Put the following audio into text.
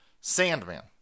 Sandman